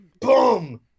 boom